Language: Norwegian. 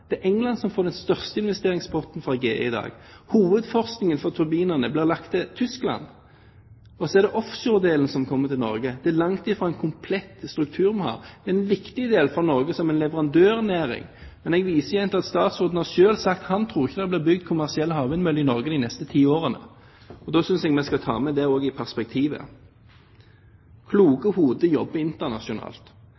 Det er England som får den største investeringspotten fra GE i dag. Hovedforskningen på turbinene ble lagt til Tyskland, og så er det offshoredelen som kommer til Norge. Det er langt fra en komplett struktur vi har. Det er en viktig del for Norge som en leverandørnæring. Jeg viser igjen til at statsråden selv har sagt at han ikke tror det vil bli bygd kommersielle havvindmøller i Norge de neste ti årene. Det synes jeg også vi skal ta med i perspektivet.